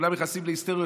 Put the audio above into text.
כולם נכנסים להיסטריה,